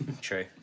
True